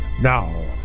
Now